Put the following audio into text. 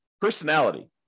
personality